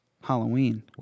Halloween